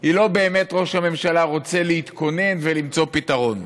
היא לא באמת שראש הממשלה רוצה להתכונן ולמצוא פתרון.